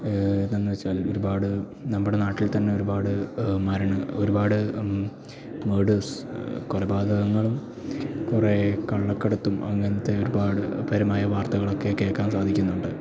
എന്തെന്നുവെച്ചാൽ ഒര്പാട് നമ്മുടെ നാട്ടിൽത്തന്നെ ഒരുപാട് മരണ ഒരുപാട് മർഡേഴ്സ് കൊലപാതകങ്ങളും കുറേ കള്ളക്കടത്തും അങ്ങനത്തെ ഒരുപാട് പരമായ വാർത്തകളൊക്കെ കേൾക്കാൻ സാധിക്കുന്നുണ്ട്